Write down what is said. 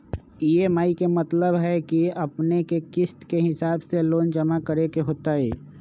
EMI के मतलब है कि अपने के किस्त के हिसाब से लोन जमा करे के होतेई?